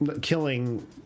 killing